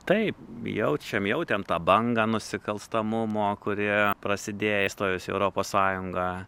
taip jaučiam jautėm tą bangą nusikalstamumo kurie prasidėjo įstojus į europos sąjungą